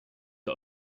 der